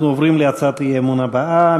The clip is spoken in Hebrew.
אנחנו עוברים להצעת האי-אמון הבאה,